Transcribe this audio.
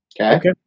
Okay